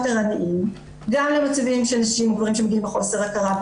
ערניים גם למצבים של אנשים מבוגרים שמגיעים בחוסר הכרה,